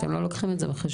אתם לא לוקחים את זה בחשבון?